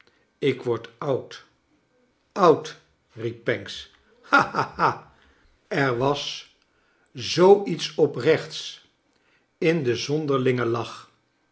ik word oud oud riep pancks ha ha ha er was zoo iets oprechts in den zonderlingen lach